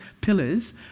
pillars